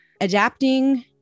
adapting